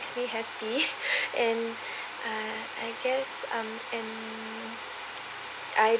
me happy and uh I guess um and I